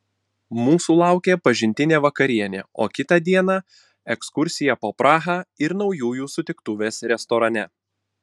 mūsų laukė pažintinė vakarienė o kitą dieną ekskursija po prahą ir naujųjų sutiktuvės restorane